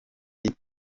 kandi